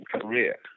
career